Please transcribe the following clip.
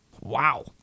Wow